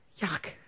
Yuck